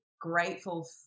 grateful